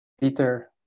Peter